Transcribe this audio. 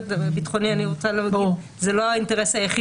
ביטחוני, אני רוצה להודיע, זה לא האינטרס היחיד.